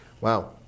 Wow